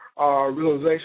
realization